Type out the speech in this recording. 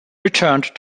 returned